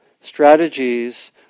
Strategies